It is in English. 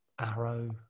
Arrow